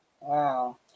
Wow